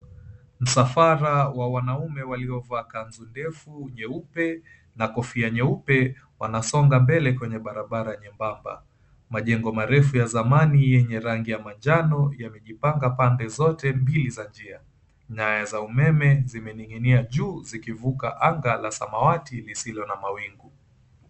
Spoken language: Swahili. Msafara wa wanaume waliovaa kanzu ndefu nyeupe na kofia nyeupe, wanasonga mbele kwenye barbara nyembamba. Majengo marefu ya zamani yenye rangi ya manjano yamejipanga pande zote mbili za njia. Nyaya za umeme zimening'inia juu zikivuka anga la samawati lisilo na mawingu.